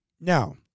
Now